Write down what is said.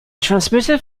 transmitter